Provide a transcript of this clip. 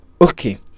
okay